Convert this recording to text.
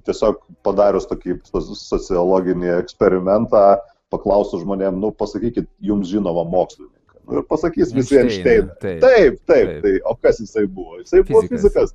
tiesiog padarius tokį sociologinį eksperimentą paklausus žmonėm nu pasakykit jums žinomą mokslininką nu ir pasakys visi enšteiną taip taip o kas jisai buvo jisai buvo fizikas